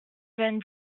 vingt